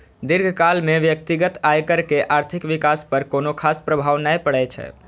दीर्घकाल मे व्यक्तिगत आयकर के आर्थिक विकास पर कोनो खास प्रभाव नै पड़ै छै